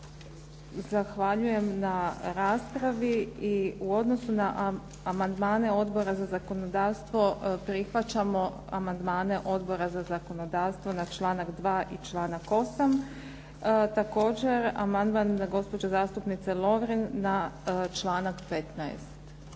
Zahvaljujem na raspravi i u odnosu na amandmane Odbora za zakonodavstvo prihvaćamo amandmane Odbora za zakonodavstvo na članak 2. i članak 8. Također, amandman gospođe zastupnice Lovrin na članak 15.